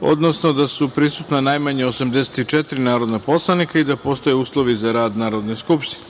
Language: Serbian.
odnosno da su prisutna najmanje 84 narodna poslanika i da postoje uslovi za rad Narodne skupštine.